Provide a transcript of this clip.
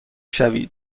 شوید